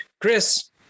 Chris